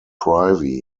privy